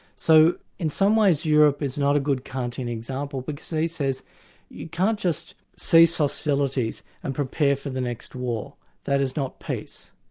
so, in some ways europe is not a good kantian example because he says you can't just cease hostilities and prepare for the next war that is not peace.